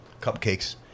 cupcakes